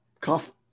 cough